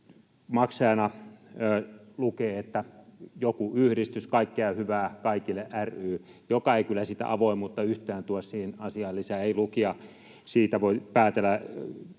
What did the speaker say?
maksajana lukee joku yhdistys ”Kaikkea hyvää kaikille ry”, joka ei kyllä sitä avoimuutta yhtään tuo siihen asiaan lisää. Ei lukija siitä voi päätellä